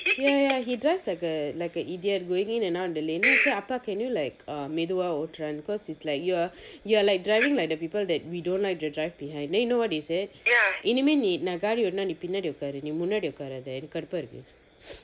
ya ya he drives like a like a idiot going in and out of the lane then I say அப்பா:appa can you like um மெதுவா ஓட்றன்:methuva oatran because he is like you are you are like driving like the people that we don't like to drive behind then you know what he said இனிமே நீ நான்:inime nee naan gardi ஓட்டுனா நீ பின்னாடி உக்காரு நீ முன்னாடி உக்காராத எனக்கு கடுப்பா இருக்கு:oattuna nee pinnaadi ukkaaru nee munnadi ukkaarathe enakku kaduppa irukku